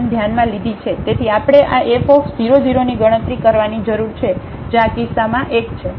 તેથી આપણે આ f 0 0 ની ગણતરી કરવાની જરૂર છે જે આ કિસ્સામાં 1 છે